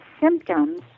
symptoms